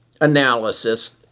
analysis